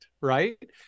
right